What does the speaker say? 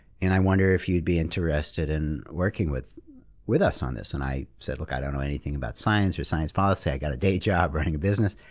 and i wonder if you'd be interested in working with with us on this? and i said, look, i don't know anything about science, or science policy. i got a day job running a business.